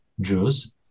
Jews